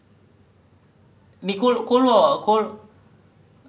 dude I'm grinding I I need to get to rank hundred and fifty before the end of this week